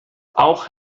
auch